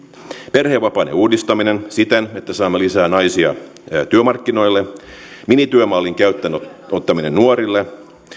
perhevapaiden uudistaminen siten että saamme lisää naisia työmarkkinoille minityömallin käyttöönottaminen nuorille